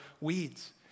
weeds